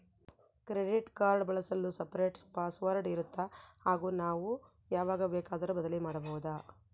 Credit card ಬಳಸಲು separate password ಇರುತ್ತಾ ಹಾಗೂ ನಾವು ಯಾವಾಗ ಬೇಕಾದರೂ ಬದಲಿ ಮಾಡಬಹುದಾ?